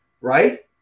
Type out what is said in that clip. right